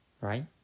Right